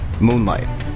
Moonlight